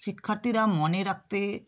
শিক্ষার্থীরা মনে রাখতে